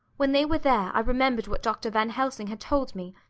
when they were there i remembered what dr. van helsing had told me,